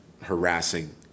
harassing